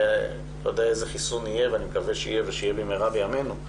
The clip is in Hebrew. לא יודע איזה חיסון יהיה ואני מקווה שיהיה ושיהיה במהרה בימינו,